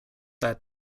that